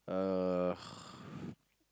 uh